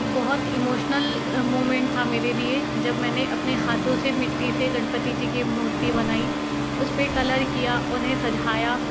बहुत emotional moment था मेरे लिए जब मैंने अपने हाथों से मिट्टी से गणपति जी की मूर्ति बनाई उसपे कलर किया उन्हें सझाया